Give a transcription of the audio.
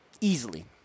easily